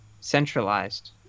centralized